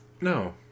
no